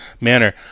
manner